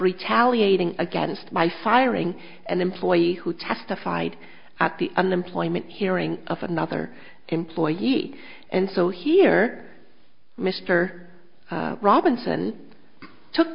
retaliated against my firing an employee who testified at the unemployment hearing of another employee and so here mr robinson took